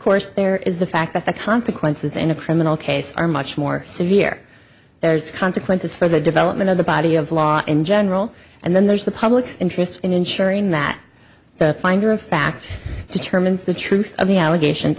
course there is the fact that the consequences in a criminal case are much more severe there's consequences for the development of the body of law in general and then there's the public's interest in ensuring that the finder of fact determines the truth of the allegations